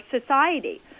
society